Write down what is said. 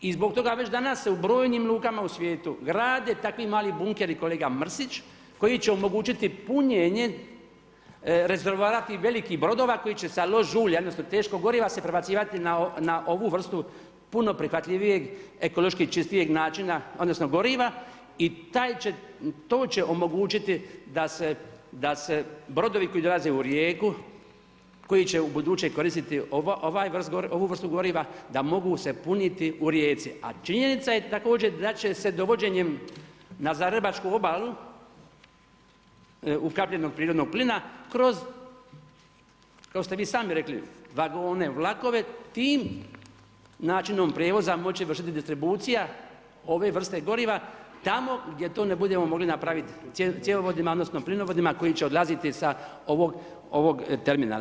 I zbog toga već danas se u brojnim lukama u svijetu grade takvi mali bunkeri, kolega Mrsić, koji će omogućiti punjenje rezervoara tih velikih brodova koji će sa lož ulja odnosno teškog goriva se prebacivati na ovu vrstu puno prihvatljivijeg ekološki čistijeg načina odnosno goriva i to će omogućiti da se brodovi koji dolaze u Rijeku, koji će ubuduće koristiti ovu vrstu goriva da mogu se puniti u Rijeci, a činjenica je također da će se dovođenjem na zagrebačku obalu ukapljenog prirodnog plina kroz, to ste vi sami rekli, vagone, vlakove, tim načinom prijevoza moći vršiti distribucija ove vrste goriva tamo gdje to ne budemo mogli napraviti cjevovodima odnosno plinovodima koji će odlaziti sa ovog terminala.